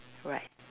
right